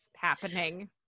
happening